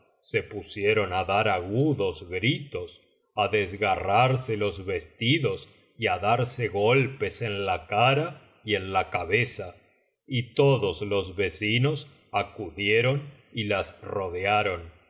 se pusieron á dar agudos gritos á desgarrarse los vestidos y á darse golpes en la cara y en la cabeza y todos los vecinos acudieron y las rodearon